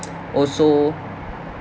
also